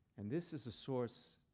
and this is a source,